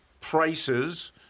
prices